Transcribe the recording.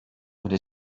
with